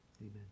Amen